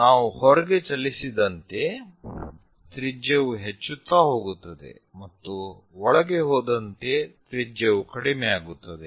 ನಾವು ಹೊರಗೆ ಚಲಿಸಿದಂತೆ ತ್ರಿಜ್ಯವು ಹೆಚ್ಚುತ್ತಾ ಹೋಗುತ್ತದೆ ಮತ್ತು ಒಳಗೆ ಹೋದಂತೆ ತ್ರಿಜ್ಯವು ಕಡಿಮೆಯಾಗುತ್ತದೆ